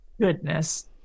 Goodness